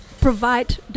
provide